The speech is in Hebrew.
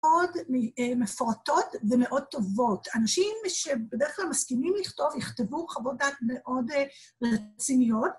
‫מאוד מפורטות ומאוד טובות. ‫אנשים שבדרך כלל מסכימים לכתוב, ‫יכתבו חוות דעת מאוד רציניות.